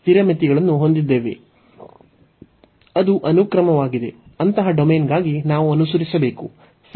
ಅದು ಅನುಕ್ರಮವಾಗಿದೆ ಅಂತಹ ಡೊಮೇನ್ಗಾಗಿ ನಾವು ಅನುಸರಿಸಬೇಕು